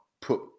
put